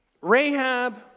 Rahab